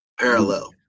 Parallel